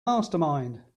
mastermind